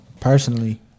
personally